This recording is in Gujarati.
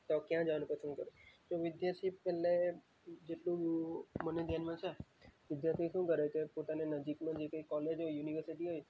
તો ક્યાં જવાનું પસંદ કરે તો વિદ્યાર્થી પેલે જેટલું મને ધ્યાનમાં છે વિદ્યાર્થી શું કરે કે પોતાની નજીક નજીક એ કોલેજ કે યુનિવર્સિટી હોય